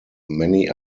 many